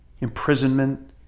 imprisonment